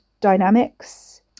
dynamics